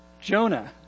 Jonah